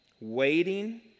waiting